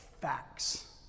facts